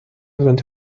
durante